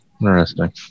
Interesting